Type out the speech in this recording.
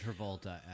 travolta